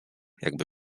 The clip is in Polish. jakby